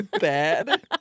bad